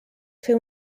fer